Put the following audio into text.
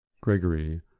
Gregory